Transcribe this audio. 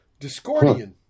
Discordian